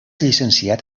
llicenciat